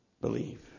believe